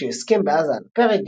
כשהסכם בעזה על הפרק,